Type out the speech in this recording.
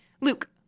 Luke